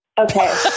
Okay